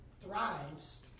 thrives